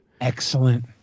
Excellent